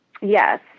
Yes